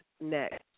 Next